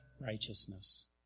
righteousness